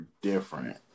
different